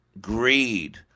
greed